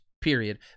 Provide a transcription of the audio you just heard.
period